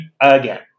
again